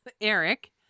Eric